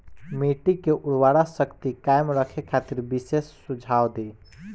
मिट्टी के उर्वरा शक्ति कायम रखे खातिर विशेष सुझाव दी?